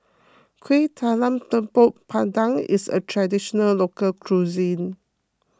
Kuih Talam Tepong Pandan is a Traditional Local Cuisine